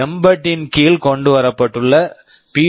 embed mbed இன் கீழ் கொண்டுவரப்பட்டுள்ள பி